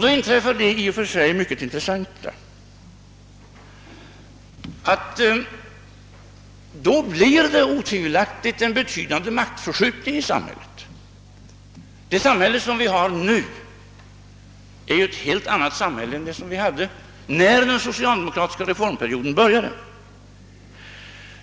Då inträffar det i och för sig mycket intressanta, att det otvivelaktigt blir en betydande maktförskjutning i samhället. Det nuvarande samhället är ju ett helt annat än det som fanns när den socialdemokratiska reformperioden började.